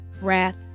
wrath